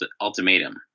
ultimatum